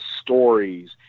stories